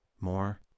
more